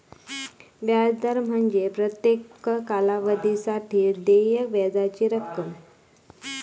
व्याज दर म्हणजे प्रत्येक कालावधीसाठी देय व्याजाची रक्कम